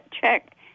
check